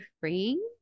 freeing